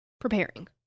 preparing